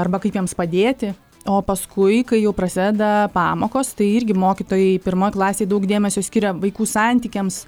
arba kaip jiems padėti o paskui kai jau prasideda pamokos tai irgi mokytojai pirmoj klasėj daug dėmesio skiria vaikų santykiams